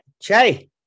Shay